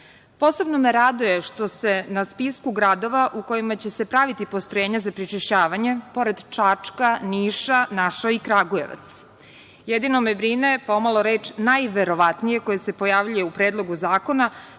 me raduje što se na spisku gradova u kojima će se praviti postrojenja za prečišćavanje, pored Čačka, Niša, našao i Kragujevac. Jedino me brine pomalo reč – najverovatnije, koja se pojavljuje u Predlogu zakona,